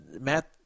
Matt